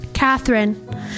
Catherine